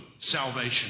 salvation